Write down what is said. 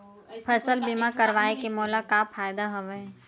फसल बीमा करवाय के मोला का फ़ायदा हवय?